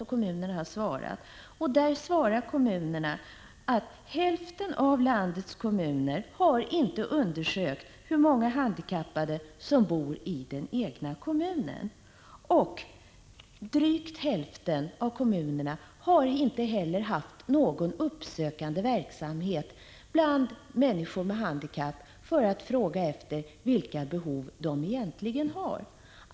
Av kommunernas svar framgår att hälften av landets kommuner inte har undersökt hur många handikappade som bor i den egna kommunen. Drygt hälften av kommunerna har inte heller haft någon uppsökande verksamhet bland människor med handikapp för att fråga efter vilka behov de egentligen har.